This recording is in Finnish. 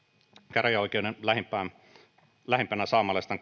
käräjäoikeuden lähimpänä saamelaisten